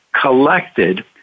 collected